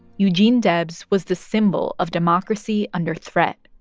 eugene debs was the symbol of democracy under threat.